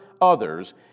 others